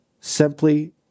simply